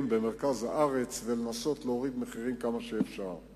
במרכז הארץ ולנסות להוריד מחירים כמה שאפשר,